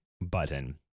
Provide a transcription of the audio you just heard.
button